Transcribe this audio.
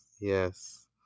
yes